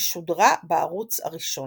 ששודרה בערוץ הראשון.